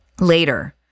later